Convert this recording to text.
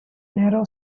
narrow